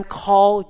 call